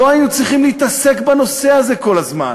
לא היינו צריכים להתעסק בנושא הזה כל הזמן.